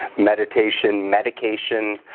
meditation medication